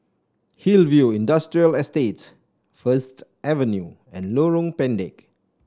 Hillview Industrial Estate First Avenue and Lorong Pendek